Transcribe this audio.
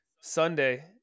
Sunday